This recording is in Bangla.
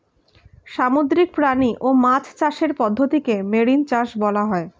সামুদ্রিক প্রাণী ও মাছ চাষের পদ্ধতিকে মেরিন চাষ বলা হয়